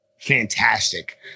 fantastic